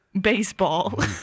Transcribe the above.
Baseball